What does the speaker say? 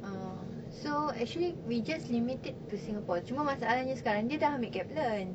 ah so actually we just limit it to singapore cuma masalahnya sekarang dia ambil kaplan